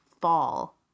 fall